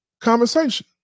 conversation